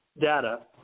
data